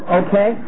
okay